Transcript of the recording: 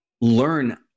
learn